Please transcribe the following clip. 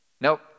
Nope